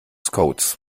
codes